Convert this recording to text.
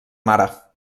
mare